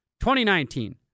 2019